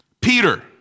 Peter